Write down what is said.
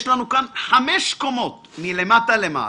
יש לנו כאן חמש קומות, מלמטה למעלה.